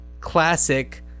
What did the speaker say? classic